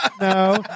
No